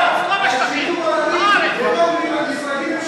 תעסיקו ערבים בארץ, לא בשטחים.